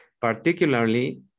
Particularly